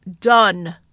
done